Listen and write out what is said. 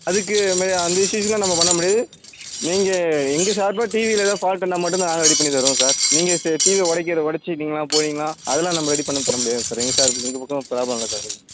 அதுக்கு அந் மேரி அந்த இஷூஸ்க்கெல்லாம் நம்ம பண்ண முடியாது நீங்கள் எங்கள் சார்பாக டிவியில் எதாவது ஃபால்ட் இருந்தால் மட்டும் தான் நாங்கள் ரெடி பண்ணித்தருவோம் சார் நீங்கள் டி டிவியை உடக்கிற உடச்சிக்கிட்டிங்களா போனீங்கன்னால் அதெல்லாம் நம்ம ரெடி பண்ணி தர முடியாது சார் எங்கள் சார்பு எங்கள் பக்கம் ப்ராப்ளம் இல்லை சார் அது